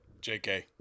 JK